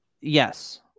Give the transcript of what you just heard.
Yes